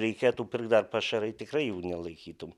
reikėtų pirkt dar pašarai tikrai jų nelaikytum